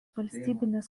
valstybinės